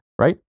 right